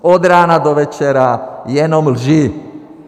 Od rána do večera jenom lži.